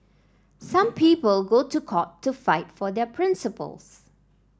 some people go to court to fight for their principles